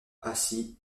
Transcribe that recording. assis